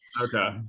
Okay